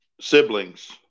siblings